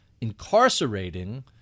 incarcerating